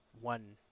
one